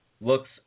looks